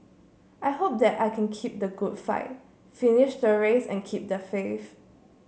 I hope that I can keep the good fight finish the race and keep the faith